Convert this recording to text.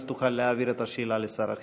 אז תוכל להעביר את השאלה לשר החינוך.